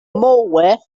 malware